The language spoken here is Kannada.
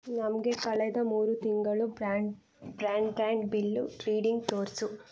ನಮಗೆ ಕಳೆದ ಮೂರು ತಿಂಗಳು ಬ್ರ್ಯಾಂಡ್ ಬ್ರ್ಯಾಂಡ್ಬ್ಯಾಂಡ್ ಬಿಲ್ಲು ರೀಡಿಂಗ್ ತೋರಿಸು